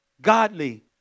Godly